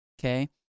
Okay